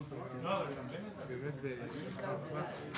את הדו"חות.